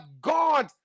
God